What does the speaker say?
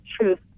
truth